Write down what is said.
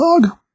dog